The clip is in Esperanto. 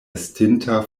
estinta